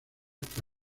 que